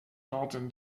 dalton